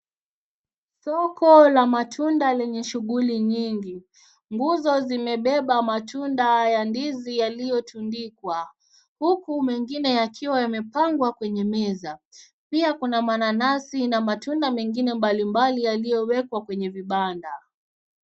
Soko la matunda lenye shughuli nyingi, nguzo zimebeba matunda ya ndizi yaliyotundikwa, huku mengine yakiwa yamepangwa kwenye meza. Pia kuna mananasi na matunda mengine mbalimbali yaliyowekwa kwenye vibanda.